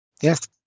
Yes